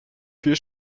vier